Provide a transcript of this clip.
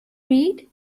read